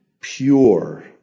pure